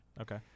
Okay